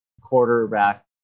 quarterback